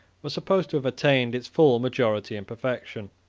was supposed to have attained its full majority and perfection.